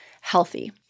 healthy